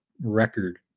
record